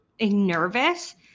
nervous